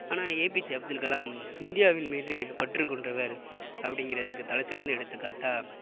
ஆனால் A P J Abdul Kalam இந்தியாவின் மீது பற்று கொண்டவர் அப்டிங்கிறதுக்கு தலை சிறந்த எடுத்துக்காட்டாக